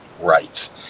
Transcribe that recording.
rights